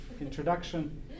introduction